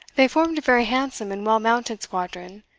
they formed a very handsome and well-mounted squadron,